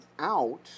out